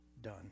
done